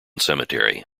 cemetery